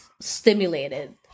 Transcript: stimulated